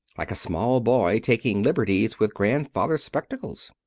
like a small boy taking liberties with grandfather's spectacles.